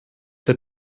der